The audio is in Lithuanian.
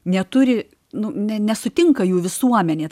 neturi nu ne nesutinka jų visuomenė